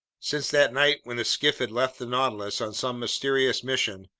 since that night when the skiff had left the nautilus on some mysterious mission,